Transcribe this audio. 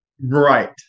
Right